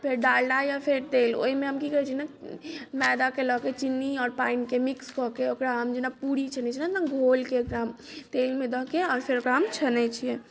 फेर डालडा या फेर तेल ओहिमे हम की करैत छी ने मैदाके लैके चीनी आओर पानिके मिक्स कऽके ओकरा हम जेना पूरी छनैत छै ने घोलके तेलमे दैके आओर फेर ओकरा हम छनैत छियै